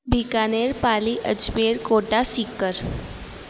Bikaner Pali Ajmer Kota Sikar